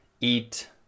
eat